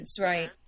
right